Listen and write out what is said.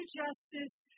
justice